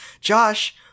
Josh